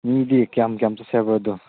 ꯃꯤꯗꯤ ꯀꯌꯥꯝ ꯀꯌꯥꯝ ꯆꯠꯁꯦ ꯍꯥꯏꯕ꯭ꯔꯥ ꯑꯗꯨ